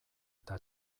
eta